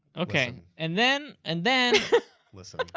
okay, and then and then listen,